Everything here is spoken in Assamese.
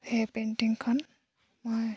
সেই পেইণ্টিংখন মই